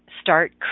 Start